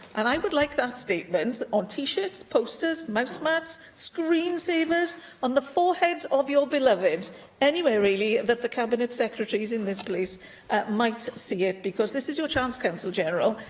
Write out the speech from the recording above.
and i would like that statement on t-shirts, posters, mouse mats, screensavers and on the foreheads of your beloved anywhere, really, that the cabinet secretaries in this place might see it, because this is your chance, counsel general,